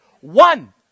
One